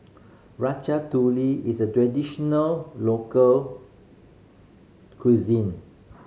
ratatouille is a traditional local cuisine